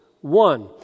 One